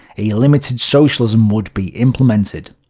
a limited socialism would be implemented.